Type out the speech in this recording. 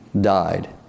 died